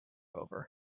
over